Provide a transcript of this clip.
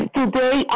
today